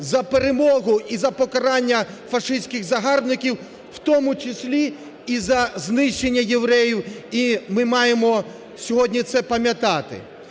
за перемогу і за покарання фашистських загарбників, у тому числі і за знищення євреїв. І ми маємо сьогодні це пам'ятати.